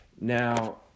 Now